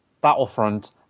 Battlefront